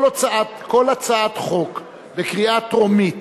כל הצעת חוק בקריאה טרומית,